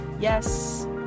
Yes